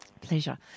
Pleasure